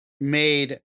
made